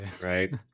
right